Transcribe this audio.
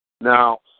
Now